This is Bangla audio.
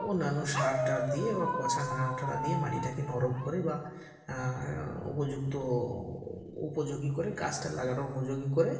অন্যান্য সার টার দিয়ে বা পচা নাড়া টারা দিয়ে মাটিটাকে নরম করে বা উপযুক্ত উপযোগী করে গাছটা লাগানোর উপযোগী করে